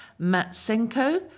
Matsenko